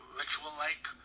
ritual-like